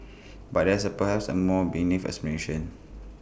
but there is perhaps A more benign explanation